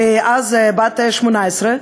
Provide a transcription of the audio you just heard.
אז בת 18,